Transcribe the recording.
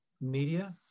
media